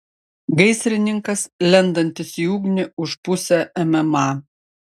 gaisrininkas lendantis į ugnį už pusę mma